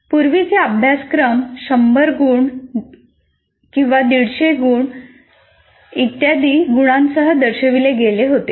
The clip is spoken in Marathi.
पूर्वीचे अभ्यासक्रम 100 गुण 150 गुण इत्यादी गुणांसह दर्शविले गेले होते